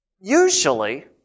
usually